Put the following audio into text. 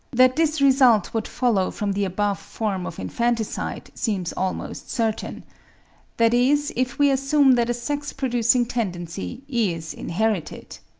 that this result would follow from the above form of infanticide seems almost certain that is if we assume that a sex-producing tendency is inherited.